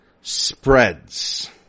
spreads